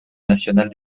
nationale